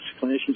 clinicians